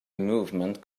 movement